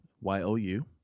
Y-O-U